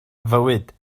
fywyd